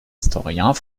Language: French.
historiens